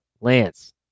Lance